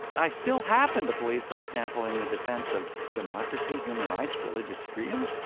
i still happen to believe, for example, in the defense of democracy, human rights, religious freedom.